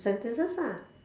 sentences lah